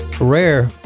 rare